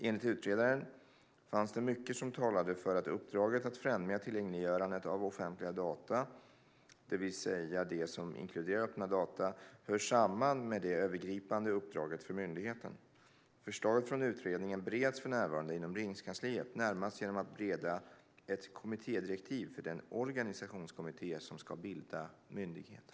Enligt utredaren fanns det mycket som talade för att uppdraget att främja tillgängliggörandet av offentliga data, det vill säga det som inkluderar öppna data, hör samman med det övergripande uppdraget för myndigheten. Förslaget från utredningen bereds för närvarande inom Regeringskansliet, närmast genom beredning av ett kommittédirektiv för den organisationskommitté som ska bilda myndigheten.